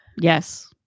Yes